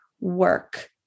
work